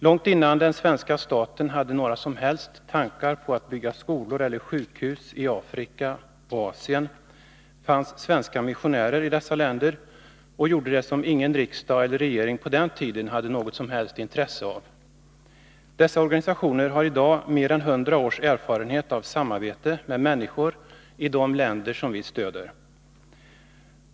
Långt innan den svenska staten hade några som helst tankar på att bygga skolor eller sjukhus i Afrika och Asien, fanns i dessa länder svenska missionärer, vilka gjorde det som ingen riksdag eller regering på den tiden hade något som helst intresse av. Dessa organisationer har i dag mer än 100 års erfarenhet av samarbete med människor i de länder som vi stöder.